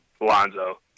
Lonzo